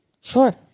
Sure